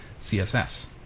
CSS